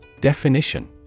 Definition